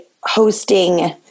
hosting